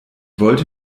wollte